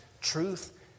Truth